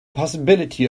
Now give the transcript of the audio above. possibility